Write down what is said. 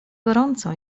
gorąco